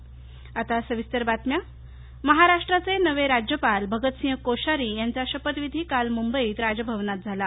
शपथविधी महाराष्ट्राचे नवे राज्यपाल भगतसिंह कोश्यारी यांचा शपथविधी काल मृंबईत राजभवनात झाला